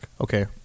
Okay